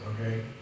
okay